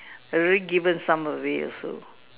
already given some away also